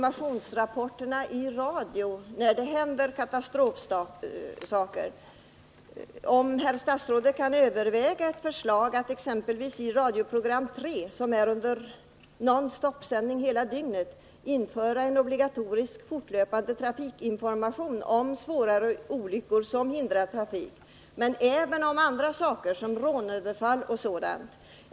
Frågan gäller informationsrapporterna i radio när det händer katastrofer, och jag undrar om herr statsrådet kan överväga förslaget att man exempelvis i radions program 3, som har non stop-sändning hela dygnet, inför en obligatorisk fortlöpande information vid sådana tillfällen. Där skulle man kunna rapportera om svårare olyckor som hindrar trafik, men även om andra saker, såsom rån och överfall.